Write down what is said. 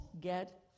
get